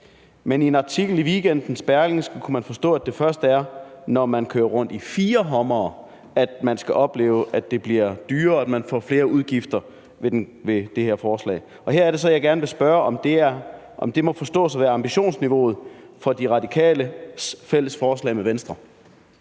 Men i en artikel i weekendens Berlingske kunne man forstå, at det med det her forslag først er, når man kører rundt i fire Hummere, at man skal opleve, at det bliver dyrere, og at man får flere udgifter. Her vil jeg bare spørge, om det må forstås sådan, at det er ambitionsniveauet for De Radikales fælles forslag med Venstre.